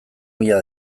mila